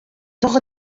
doch